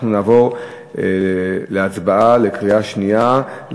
אנחנו נעבור להצבעה בקריאה שנייה על